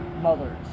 Mothers